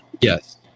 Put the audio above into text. Yes